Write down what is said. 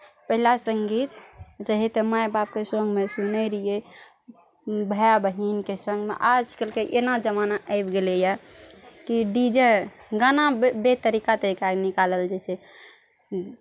पहिला संगीत रहै तऽ माय बापके सङ्गमे सुनै रहियै भाय बहिनके सङ्गमे आजकलके एना जमाना आइब गेलैय कि डीजे गाना बे तरीका तरीका के निकालल जाइ छै